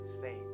say